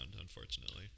unfortunately